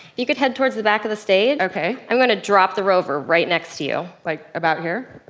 you could head towards the back of the stage. okay. i'm gonna drop the rover right next to you. like about here?